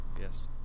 Yes